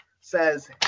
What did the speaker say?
says